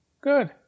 good